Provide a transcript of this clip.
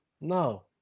No